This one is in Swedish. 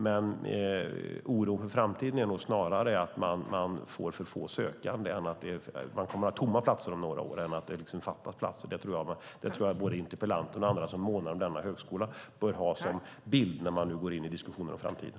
Men oron för framtiden handlar nog snarare om att man får för få sökande än om att det fattas platser. Man kommer att ha tomma platser om några år. Det tror jag att både interpellanten och andra som månar om denna högskola bör ha med sig när man går in i diskussioner om framtiden.